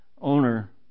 owner